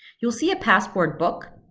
you'll see a passport book,